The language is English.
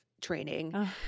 training